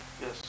Yes